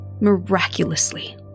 miraculously